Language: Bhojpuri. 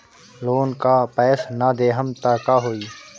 लोन का पैस न देहम त का होई?